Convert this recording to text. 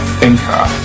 thinker